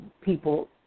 people